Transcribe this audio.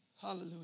Hallelujah